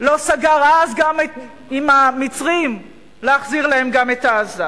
לא סגר אז עם המצרים להחזיר להם את גם את עזה.